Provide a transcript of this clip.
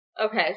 Okay